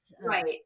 right